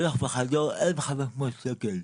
למסעדה.